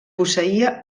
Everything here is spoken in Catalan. posseïa